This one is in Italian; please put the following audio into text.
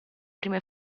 prime